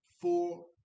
four